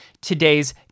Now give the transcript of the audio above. today's